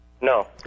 No